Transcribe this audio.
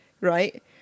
right